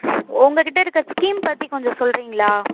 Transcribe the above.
உங்கள்கிட்ட இருக்க ஸ்கீம் பற்றி கொஞ்சம் சொல்லுறீங்களா